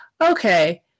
Okay